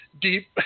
deep